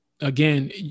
again